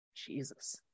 Jesus